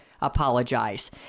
apologize